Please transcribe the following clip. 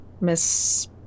Miss